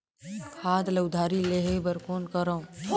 खाद ल उधारी लेहे बर कौन करव?